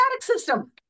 system